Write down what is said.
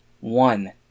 One